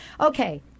Okay